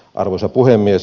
arvoisa puhemies